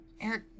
Eric